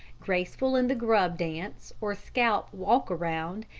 graceful in the grub dance or scalp walk-around,